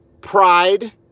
Pride